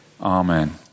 Amen